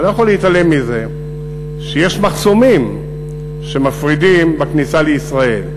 אתה לא יכול להתעלם מזה שיש מחסומים שמפרידים בכניסה לישראל,